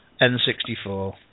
N64